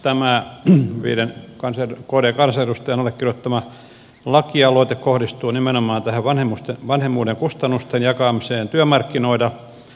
tämä viiden kansanedustajan allekirjoittama lakialoite kohdistuu nimenomaan tähän vanhemmuuden kustannusten jakamiseen työmarkkinoilla